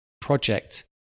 project